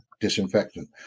disinfectant